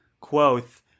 Quoth